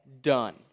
done